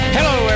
Hello